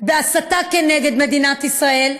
בהסתה נגד מדינת ישראל,